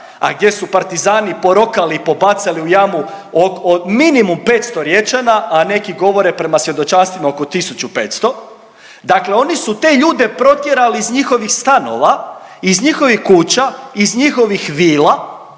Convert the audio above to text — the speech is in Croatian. a gdje su partizani porokali i pobacali u jamu od, od, minimum 500 Riječana, a neki govore prema svjedočanstvima oko 1.500. Dakle, oni su te ljude protjerali iz njihovih stanova, iz njihovih kuća, iz njihovih vila